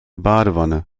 badewanne